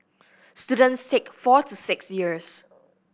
students take four to six years